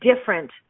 different